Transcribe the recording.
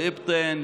באבטין,